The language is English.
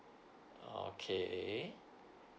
okay